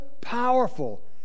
powerful